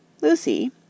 Lucy